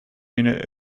unit